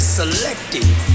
selective